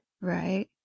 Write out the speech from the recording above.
Right